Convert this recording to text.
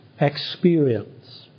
experience